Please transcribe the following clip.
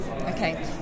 okay